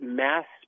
mass